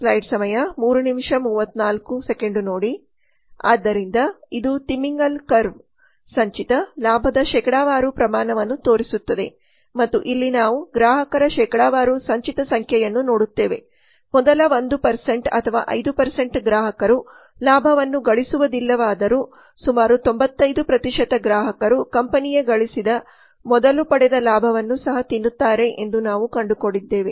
ಆದ್ದರಿಂದ ಇದು ತಿಮಿಂಗಿಲ ಕರ್ವ್ ಸಂಚಿತ ಲಾಭದ ಶೇಕಡಾವಾರು ಪ್ರಮಾಣವನ್ನು ತೋರಿಸುತ್ತದೆ ಮತ್ತು ಇಲ್ಲಿ ನಾವು ಗ್ರಾಹಕರ ಶೇಕಡಾವಾರು ಸಂಚಿತ ಸಂಖ್ಯೆಯನ್ನು ನೋಡುತ್ತೇವೆ ಆದ್ದರಿಂದ ಮೊದಲ 1 ಅಥವಾ 5 ಗ್ರಾಹಕರು ಲಾಭವನ್ನು ಗಳಿಸುವುದಿಲ್ಲವಾದರೂ ಸುಮಾರು 95 ಗ್ರಾಹಕರು ಕಂಪನಿಯ ಗಳಿಸಿದ ಮೊದಲು ಪಡೆದ ಲಾಭವನ್ನು ಸಹ ತಿನ್ನುತ್ತಾರೆ ಎಂದು ನಾವು ಕಂಡುಕೊಂಡಿದ್ದೇವೆ